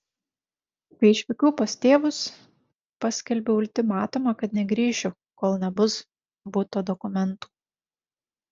kai išvykau pas tėvus paskelbiau ultimatumą kad negrįšiu kol nebus buto dokumentų